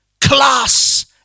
class